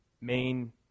main